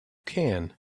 can